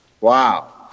Wow